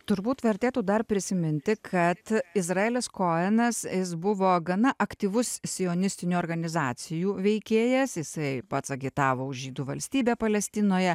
turbūt vertėtų dar prisiminti kad izraelis kojenas jis buvo gana aktyvus sionistinių organizacijų veikėjas jisai pats agitavo už žydų valstybę palestinoje